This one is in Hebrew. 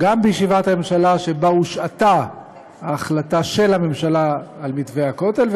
גם בישיבת הממשלה שבה הושעתה ההחלטה של הממשלה על מתווה הכותל,